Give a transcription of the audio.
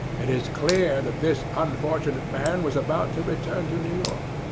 it is clear that this unfortunate man was about to return to new york.